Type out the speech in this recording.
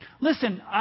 Listen